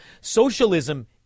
Socialism